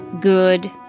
good